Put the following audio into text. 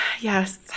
yes